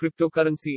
cryptocurrency